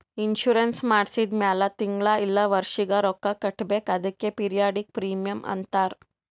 insurance ಮಾಡ್ಸಿದ ಮ್ಯಾಲ್ ತಿಂಗಳಾ ಇಲ್ಲ ವರ್ಷಿಗ ರೊಕ್ಕಾ ಕಟ್ಬೇಕ್ ಅದ್ಕೆ ಪಿರಿಯಾಡಿಕ್ ಪ್ರೀಮಿಯಂ ಅಂತಾರ್